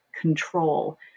control